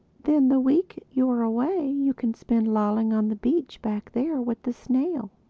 then the week you're away you can spend lolling on the beach back there with the snail.